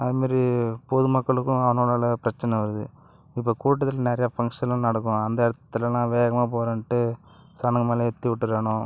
அது மாதிரி பொதுமக்களுக்கும் அவனோளால் பிரச்சினை வருது இப்போ கூட்டத்தில் நிறையா ஃபங்க்ஷனும் நடக்கும் அந்த இடத்துலலாம் வேகமாக போகிறோன்ட்டு சனங்க மேலே ஏற்றி விட்டுறானோ